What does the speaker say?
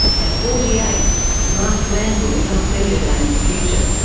at forty eight marc glanville is upbeat about his future.